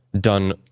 done